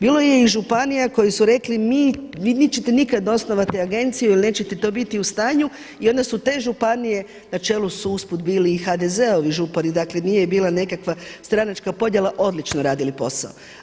Bilo je i županija koje su rekle vi nećete nikada osnovati Agenciju jer nećete to biti u stanju i onda su te županije na čelu su usput bili i HDZ-ovi župani, dakle, nije bila nekakva stranačka podjela odlično radili posao.